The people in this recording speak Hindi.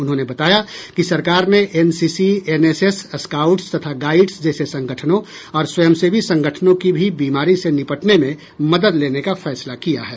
उन्होंने बताया कि सरकार ने एनसीसी एनएसएस स्काउट्स तथा गाइड्स जैसे संगठनों और स्वयंसेवी संगठनों की भी बीमारी से निपटने में मदद लेने का फैसला किया है